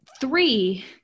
three